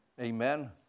Amen